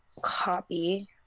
Copy